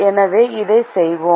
எனவே அதை செய்வோம்